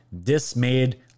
dismayed